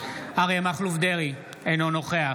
אריה מכלוף דרעי, אינו נוכח